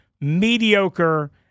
mediocre